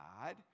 God